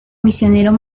misionero